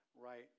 right